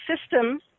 system